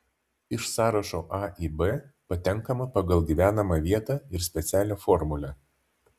iš sąrašo a į b patenkama pagal gyvenamą vietą ir specialią formulę